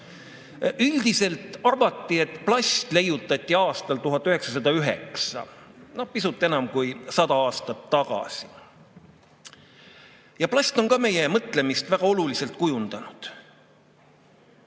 Üldiselt arvatakse, et plast leiutati aastal 1909, pisut enam kui 100 aastat tagasi. Ja plast on ka meie mõtlemist väga oluliselt kujundanud.